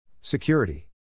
Security